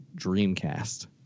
Dreamcast